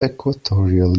equatorial